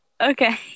Okay